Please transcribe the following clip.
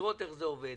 לראות איך זה עובד,